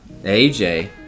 AJ